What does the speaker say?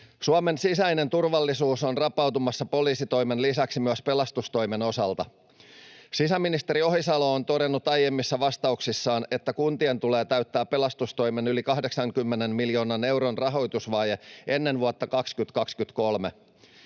Suomen sisäinen turvallisuus on rapautumassa poliisitoimen lisäksi myös pelastustoimen osalta. Sisäministeri Ohisalo on todennut aiemmissa vastauksissaan, että kuntien tulee täyttää pelastustoimen yli 80 miljoonan euron rahoitusvaje ennen vuotta 2023.